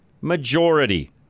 majority